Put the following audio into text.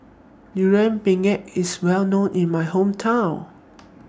Durian Pengat IS Well known in My Hometown